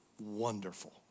wonderful